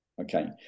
Okay